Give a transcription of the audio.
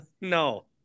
No